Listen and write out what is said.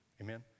Amen